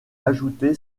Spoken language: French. ajouté